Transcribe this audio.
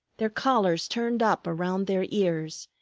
their collars turned up around their ears,